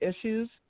issues